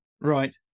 Right